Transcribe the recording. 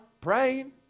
praying